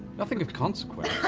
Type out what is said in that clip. nothing of consequence.